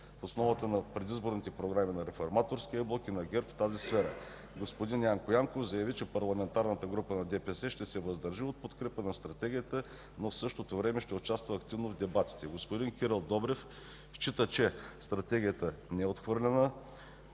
в основата на предизборните програми на Реформаторския блок и на ГЕРБ в тази сфера. Господин Янко Янков заяви, че парламентарната група на ДПС ще се въздържи от подкрепа на Стратегията, но в същото време ще участва активно в дебатите. Господин Кирил Добрев счита, че Стратегията не е отворена